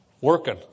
working